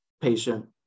patient